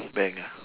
bank ah